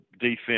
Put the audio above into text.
defense